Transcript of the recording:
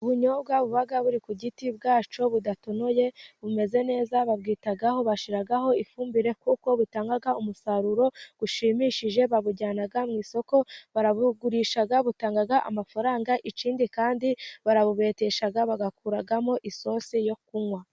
Ubunyobwa buba buri ku giti cyabwo budatonoye bumeze neza, babwitaho bashyiraho ifumbire kuko butanga umusaruro ushimishije, babujyana mu isoko barabugurisha butanga amafaranga, ikindi kandi barawubetesha bagakuramo isosi yo kunywa.